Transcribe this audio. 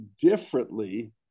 differently